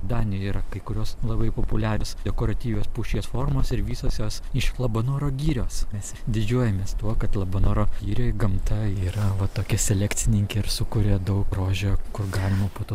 danijoj yra kai kurios labai populiarios dekoratyvios pušies formos ir visos jos iš labanoro girios mes didžiuojamės tuo kad labanoro girioj gamta yra va tokia selekcininkė ir sukuria daug grožio kur galima po to